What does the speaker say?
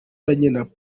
y’igihugu